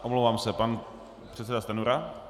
Omlouvám se, pan předseda Stanjura.